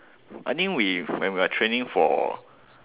I think we when we were training for